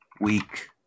week